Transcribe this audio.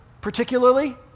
particularly